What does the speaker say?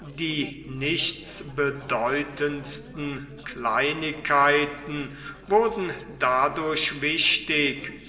die nichtsbedeutendsten kleinigkeiten wurden dadurch wichtig